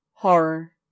horror